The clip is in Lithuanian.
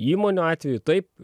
įmonių atveju taip